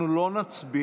אנחנו לא נצביע.